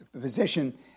position